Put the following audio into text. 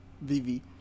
Vivi